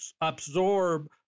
absorb